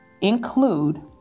include